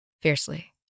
fiercely